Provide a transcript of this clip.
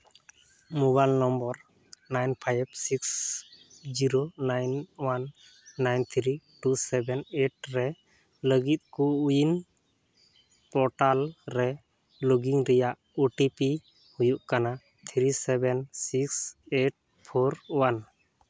mobile number nine five six zero nine one nine three two seven eight ᱨᱮ ᱞᱟᱹᱜᱤᱫ CoWIN portal ᱨᱮ login ᱨᱮᱭᱟᱜ OTP ᱦᱩᱭᱩᱜ ᱠᱟᱱᱟ three seven six eight four one